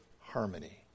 harmony